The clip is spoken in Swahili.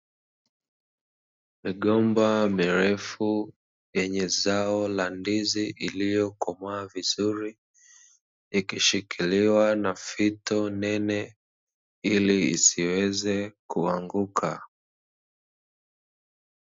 Migomba mirefu yenye zao la ndizi iliyokomaa vizuri ikishikiliwa na fito nene ili isiweze kuanguka.